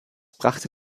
brachte